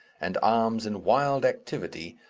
and arms in wild activity,